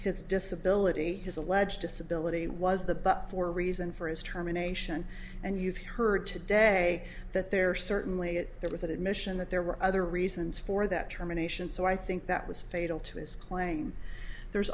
his disability his alleged disability was the but for reason for his terminations and you've heard today that there certainly it there was an admission that there were other reasons for that terminations so i think that was fatal to his claim there's